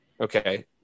Okay